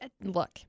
Look